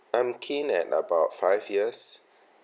I'm keen at about five years